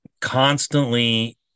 constantly